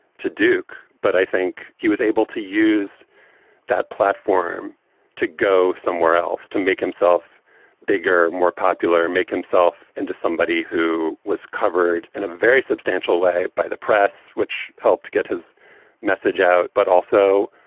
to duke. but i think he was able to use that platform to go somewhere else to make himself bigger, more popular and make himself into somebody who was covered in a very substantial way by the press, which helped get his message out, but also,